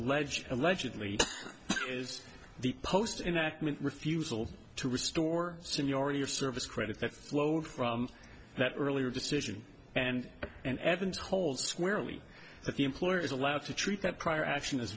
alleged allegedly is the post in the act with refusal to restore seniority or service credit that flowed from that earlier decision and and evans hold squarely that the employer is allowed to treat that prior action as